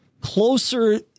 closer